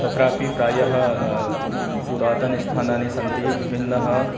तत्रापि प्रायः पुरातनस्थानानि सन्ति विभिन्नः